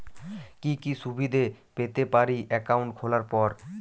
কি কি সুবিধে পেতে পারি একাউন্ট খোলার পর?